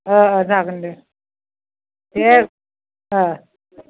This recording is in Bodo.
जागोन दे देह